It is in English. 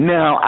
Now